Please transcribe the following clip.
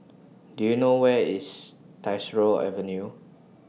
Do YOU know Where IS Tyersall Avenue